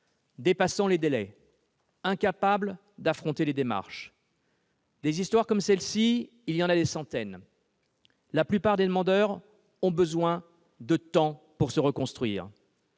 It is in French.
dépassant les délais, incapable d'affronter les démarches. Des histoires comme celle-là, il y en a des centaines. La plupart des demandeurs ont besoin de temps pour se reconstruire.